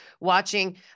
watching